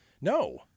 No